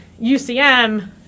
UCM